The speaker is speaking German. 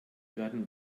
werden